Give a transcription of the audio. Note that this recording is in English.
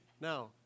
Now